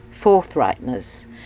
forthrightness